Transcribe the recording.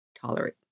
tolerate